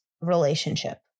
relationship